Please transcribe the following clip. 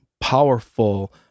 powerful